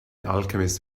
alchemist